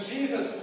Jesus